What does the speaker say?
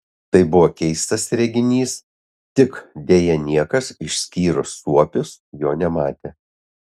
tai buvo keistas reginys tik deja niekas išskyrus suopius jo nematė